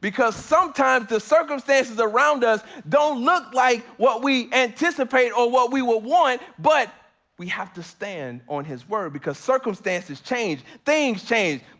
because sometimes the circumstances around us don't look like what we anticipated or what we would want but we have to stand on his word because circumstances change things